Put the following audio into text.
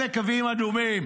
אלה קווים אדומים.